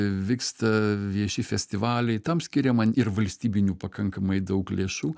vyksta vieši festivaliai tam skiriama ir valstybinių pakankamai daug lėšų